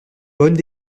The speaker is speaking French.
bonnes